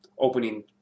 opening